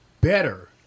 better